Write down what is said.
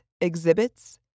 exhibits